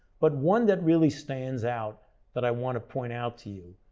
but one that really stands out that i want to point out to you.